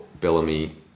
Bellamy